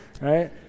right